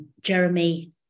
Jeremy